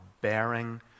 bearing